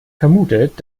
vermutet